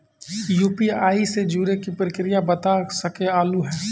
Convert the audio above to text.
UPI से जुड़े के प्रक्रिया बता सके आलू है?